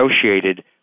associated